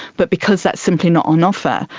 but because that's simply not on offer,